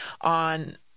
on